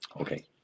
okay